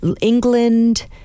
England